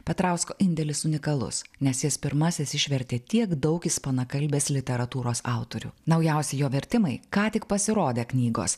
petrausko indėlis unikalus nes jis pirmasis išvertė tiek daug ispanakalbės literatūros autorių naujausi jo vertimai ką tik pasirodę knygos